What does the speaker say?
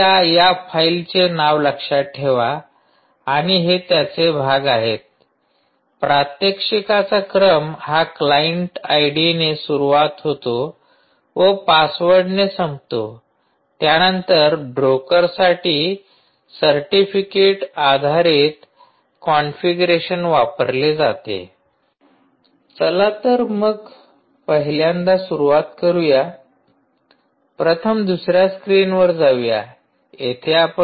कृपया या फाईलचे नाव लक्षात ठेवा आणि हे त्याचे भाग आहेत प्रात्यक्षिकाचा क्रम हा क्लाइंट आयडीने सुरुवात होतो व पासवर्डने संपतो त्यानंतर ब्रोकरसाठी सर्टिफिकेट आधारित कॉन्फिगरेशन वापरले जाते